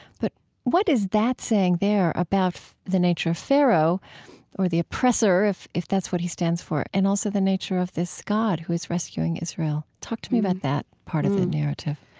but what is that saying there about the nature of pharaoh or the oppressor, if if that's what he stands for, and also the nature of this god who is rescuing israel? talk to me about that part of the narrative